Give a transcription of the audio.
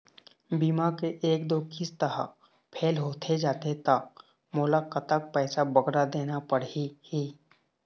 बीमा के एक दो किस्त हा फेल होथे जा थे ता मोला कतक पैसा बगरा देना पड़ही ही?